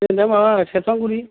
दिनै माबा सेरफांगुरि